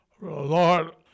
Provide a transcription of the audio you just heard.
Lord